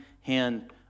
hand